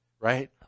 Right